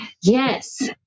Yes